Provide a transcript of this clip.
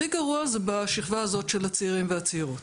הכי גרוע זה בשכבה הזאת של הצעירים והצעירות.